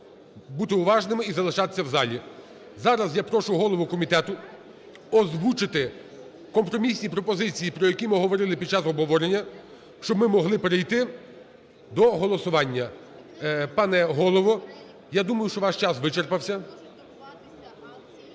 бути уважними і залишатися у залі. Зараз я прошу голову комітету озвучити компромісні пропозиції, про які ми говорили під час обговорення, щоб ми могли перейти до голосування. Пане голово, я думаю, що ваш час вичерпався.